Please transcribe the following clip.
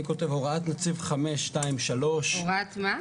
אני כותב "הוראת נציב 523" הוראת מה?